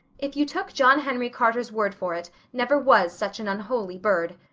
if you took john henry carter's word for it, never was such an unholy bird.